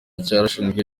cyarashinzwe